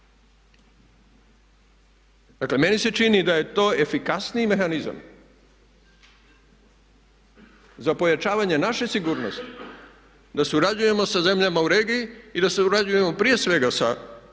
Dakle meni se čini da je to efikasniji mehanizam za pojačavanje naše sigurnosti da surađujemo sa zemljama u regiji i da surađujemo prije svega sa europskim